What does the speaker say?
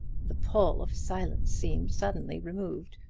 the pall of silence seemed suddenly removed.